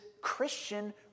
Christian